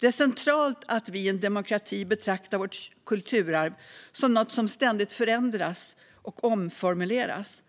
Det är centralt att vi i en demokrati betraktar vårt kulturarv som något som ständigt förändras och omformuleras.